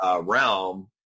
realm